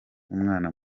umwana